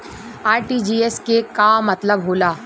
RTGS के का मतलब होला?